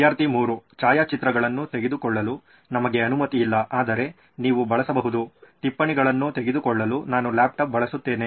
ವಿದ್ಯಾರ್ಥಿ 3 ಛಾಯಾಚಿತ್ರಗಳನ್ನು ತೆಗೆದುಕೊಳ್ಳಲು ನಮಗೆ ಅನುಮತಿ ಇಲ್ಲ ಆದರೆ ನೀವು ಬಳಸಬಹುದು ಟಿಪ್ಪಣಿಗಳನ್ನು ತೆಗೆದುಕೊಳ್ಳಲು ನಾನು ಲ್ಯಾಪ್ಟಾಪ್ ಬಳಸುತ್ತೇನೆ